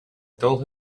told